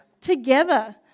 together